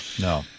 no